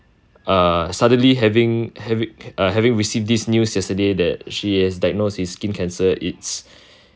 err suddenly having havi~ uh having received this news yesterday that she is diagnosed with skin cancer it's